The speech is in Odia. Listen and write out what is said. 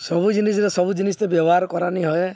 ସବୁ ଜିନିଷରେ ସବୁ ଜିନିଷ ତ ବ୍ୟବହାର କରାନାଇଁ ହଏ